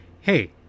hey